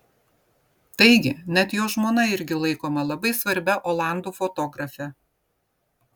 taigi net jo žmona irgi laikoma labai svarbia olandų fotografe